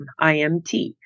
IMT